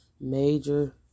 major